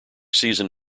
season